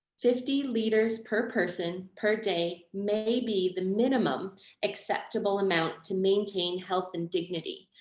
fifty litres per person per day may be the minimum acceptable amount to maintain health and dignity.